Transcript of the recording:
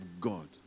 God